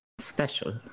Special